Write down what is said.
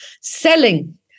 selling